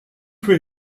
for